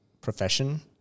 profession